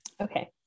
Okay